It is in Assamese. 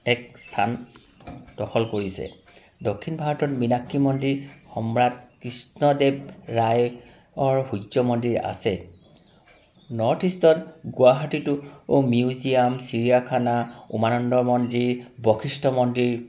এক স্থান লখল কৰিছে দক্ষিণ ভাৰতত মিনাক্ষী মন্দিৰ সম্ৰাট কৃষ্ণদেৱ ৰায়ৰ সূৰ্য মন্দিৰ আছে নৰ্থ ইষ্টত গুৱাহাটীতো মিউজিয়াম চিৰিয়াখানা উমানন্দ মন্দিৰ বশিষ্ঠ মন্দিৰ